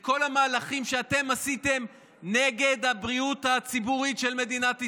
את כל המהלכים שאתם עשיתם נגד הבריאות הציבורית של מדינת ישראל.